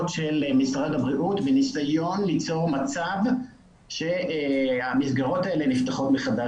של משרד הבריאות בניסיון ליצור מצב שהמסגרות האלה ייפתחו מחדש